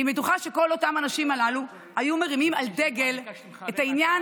ואני בטוחה שכל האנשים הללו היו מרימים על דגל את העניין,